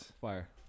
Fire